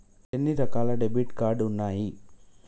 ఎన్ని రకాల debit card ఉన్నాయి?